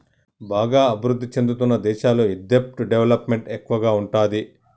బాగా అభిరుద్ధి చెందుతున్న దేశాల్లో ఈ దెబ్ట్ డెవలప్ మెంట్ ఎక్కువగా ఉంటాది